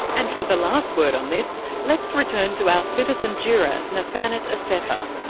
and for the last word on this, let's return to our citizen juror, nethanet assefa.